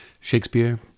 Shakespeare